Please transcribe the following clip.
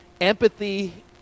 Empathy